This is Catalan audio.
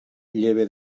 lleva